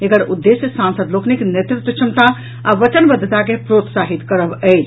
एकर उद्देश्य सांसद लोकनिक नेतृत्व क्षमता आ बचनबद्धता के प्रोत्साहित करव अछि